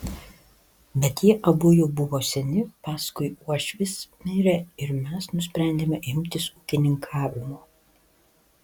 bet jie abu jau buvo seni paskui uošvis mirė ir mes nusprendėme imtis ūkininkavimo